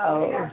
ଆଉ